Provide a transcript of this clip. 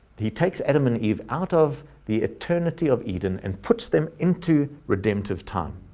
he takes adam and eve out of the eternity of eden and puts them into redemptive time,